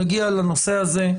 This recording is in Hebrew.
נגיע לנושא הזה.